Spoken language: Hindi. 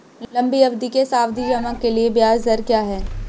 लंबी अवधि के सावधि जमा के लिए ब्याज दर क्या है?